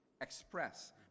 express